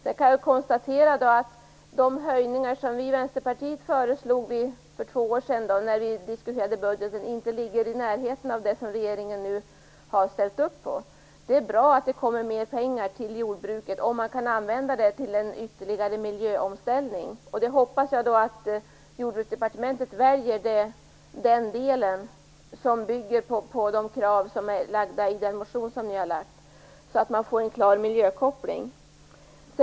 Jag kan konstatera att de höjningar som vi i Vänsterpartiet föreslog för två år sedan, när vi diskuterade budgeten, inte ligger i närheten av det som regeringen nu har ställt upp på. Det är bra att det kommer mer pengar till jordbruket om man kan använda dem till ytterligare miljöomställningar. Jag hoppas att Jordbruksdepartementet väljer den del som bygger på de krav som ni har i er motion, så att man får en klar miljökoppling.